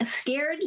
scared